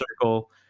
circle